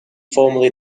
formerly